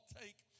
take